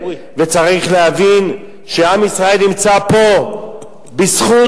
וצריך להבין שעם ישראל נמצא פה בזכות